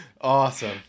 Awesome